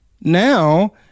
now